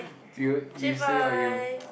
to you you say what you